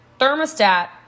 thermostat